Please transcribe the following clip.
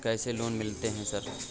कैसे लोन मिलते है सर?